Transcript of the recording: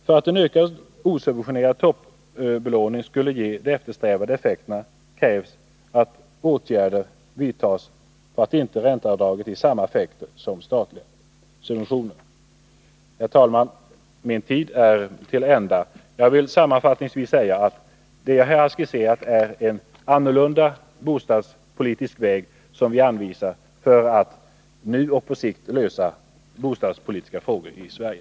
För att en ökad osubventionerad toppbelåning skall ge de eftersträvade effekterna krävs att åtgärder vidtas så att inte ränteavdraget ger samma effekter som statlig subvention. Herr talman! Min tid är till ända. Jag vill sammanfattningsvis säga att det jag här har skisserat är en annorlunda bostadspolitisk väg, som vi anvisar för att nu och på sikt lösa bostadspolitiska frågor i Sverige.